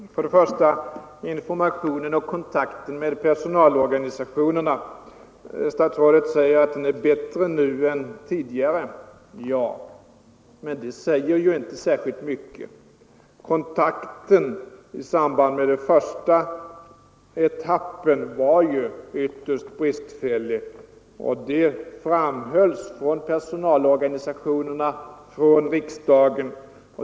Herr talman! För det första: Statsrådet Löfberg säger att informationen och kontakten med personalorganisationerna är bättre nu än tidigare. Ja, men det säger inte särskilt mycket. Kontakten i samband med den första etappen var ytterst bristfällig, och det kritiserades av både personalorganisationerna och riksdagen.